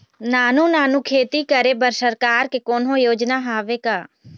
नानू नानू खेती करे बर सरकार के कोन्हो योजना हावे का?